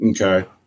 Okay